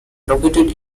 located